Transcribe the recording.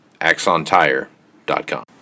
axontire.com